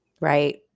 Right